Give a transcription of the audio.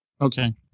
Okay